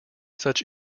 such